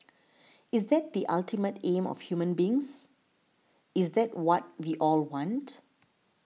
is that the ultimate aim of human beings is that what we all want